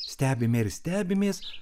stebime ir stebimės